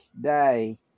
day